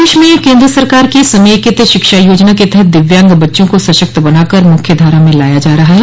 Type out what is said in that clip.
प्रदेश में केंद्र सरकार की समेकित शिक्षा योजना के तहत दिव्यांग बच्चों को सशक्त बना कर मुख्य धारा में लाया जा रहा है